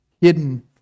hidden